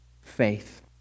faith